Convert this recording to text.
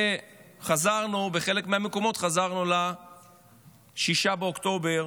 ובחלק מהמקומות חזרנו ל-6 באוקטובר